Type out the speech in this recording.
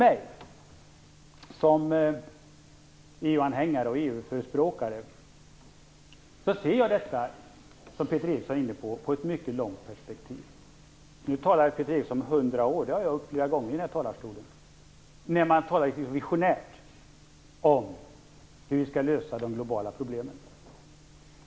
Som EU-anhängare och EU-förespråkare ser jag detta, som Peter Eriksson var inne på, i ett mycket långt perspektiv. Peter Eriksson talade om hundra år. Det har jag gjort flera gånger från kammarens talarstol, när jag har talat litet visionärt om hur vi skall lösa de globala problemen.